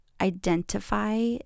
identify